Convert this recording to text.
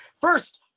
first